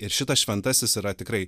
ir šitas šventasis yra tikrai